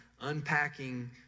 unpacking